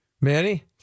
Manny